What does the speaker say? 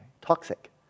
toxic